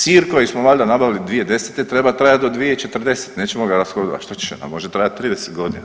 Sir koji smo valjda nabavili 2010. treba trajati do 2040., nećemo ga rashodovati, šta će nam, može trajati 30 godina.